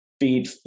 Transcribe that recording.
feed